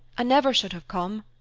never should have come.